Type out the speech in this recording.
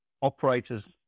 operators